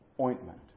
ointment